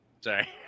Sorry